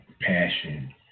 passion